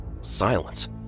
silence